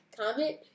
comment